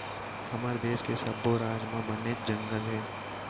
हमर देस के सब्बो राज म बनेच जंगल हे